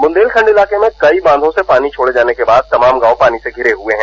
बुंदेलखंड इलाके में कई बांचों से पानी छोड़े जाने के बाद तमाम गाँव पानी से घिरे हुए हैं